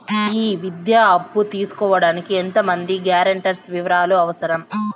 ఈ విద్యా అప్పు తీసుకోడానికి ఎంత మంది గ్యారంటర్స్ వివరాలు అవసరం?